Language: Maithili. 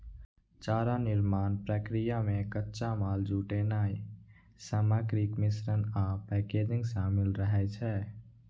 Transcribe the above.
चारा निर्माण प्रक्रिया मे कच्चा माल जुटेनाय, सामग्रीक मिश्रण आ पैकेजिंग शामिल रहै छै